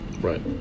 Right